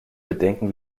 bedenken